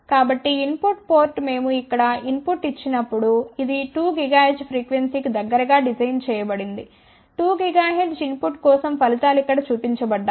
కాబట్టి input port మేము ఇక్కడ ఇన్ పుట్ ఇచ్చినప్పుడు ఇది 2 GHz ఫ్రీక్వెన్సీ కి దగ్గరగా డిజైన్ చేయబడింది 2 GHz ఇన్ పుట్ కోసం ఫలితాలు ఇక్కడ చూపించబడ్డాయి